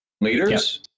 leaders